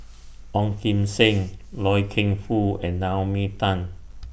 Ong Kim Seng Loy Keng Foo and Naomi Tan